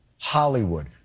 Hollywood